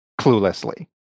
cluelessly